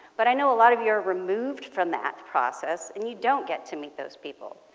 but i know a lot of you are removed from that process and you don't get to meet those people,